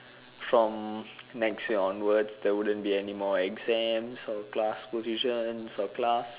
from next year onwards there wouldn't be anymore exams or class positions for class